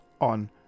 On